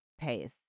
pace